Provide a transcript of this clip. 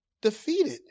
defeated